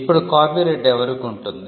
ఇప్పుడు కాపీరైట్ ఎవరికి ఉంటుంది